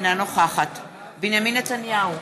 אינה נוכחת בנימין נתניהו,